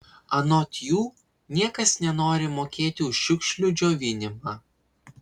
anot jų niekas nenori mokėti už šiukšlių džiovinimą